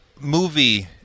movie